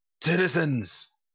citizens